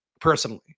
personally